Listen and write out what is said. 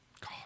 god